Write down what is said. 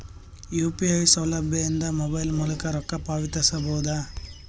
UPI ಸೌಲಭ್ಯ ಇಂದ mobile ಮೂಲಕ ರೊಕ್ಕ ಪಾವತಿಸ ಬಹುದಾ?